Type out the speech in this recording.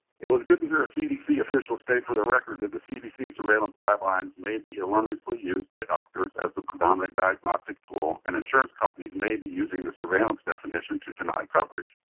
it was good to hear a cdc official state for the record that the cdc surveillance guidelines may be erroneously used by doctors as the predominant diagnostic tool and insurance companies may be using the surveillance definition to deny coverage.